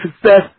success